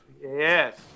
Yes